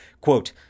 quote